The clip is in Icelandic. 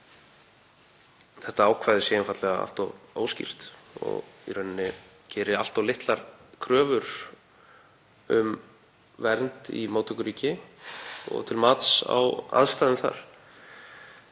þetta ákvæði sé einfaldlega allt of óskýrt og geri allt of litlar kröfur um vernd í móttökuríki og til mats á aðstæðum þar.